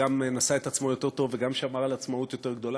וגם נשא את עצמו יותר טוב וגם שמר על עצמאות יותר גדולה,